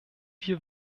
wir